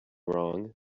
wrong